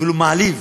אפילו מעליב